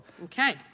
Okay